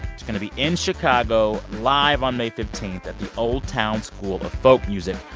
it's going to be in chicago live on may fifteen at the old town school of folk music.